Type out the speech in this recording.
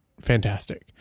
fantastic